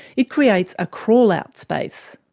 it creates a crawl out space.